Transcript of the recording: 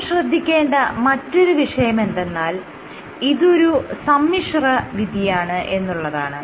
നാം ശ്രദ്ധ കേന്ദ്രീകരിക്കേണ്ട മറ്റൊരു വിഷയമെന്തെന്നാൽ ഇതൊരു സമ്മിശ്ര വിധിയാണ് എന്നുള്ളതാണ്